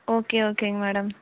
okay ஓகேங்க madam